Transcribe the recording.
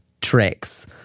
tricks